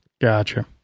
Gotcha